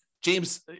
James